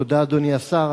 תודה, אדוני השר.